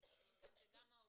וגם ההורים,